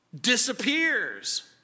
disappears